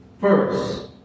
First